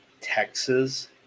Texas